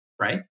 Right